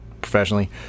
professionally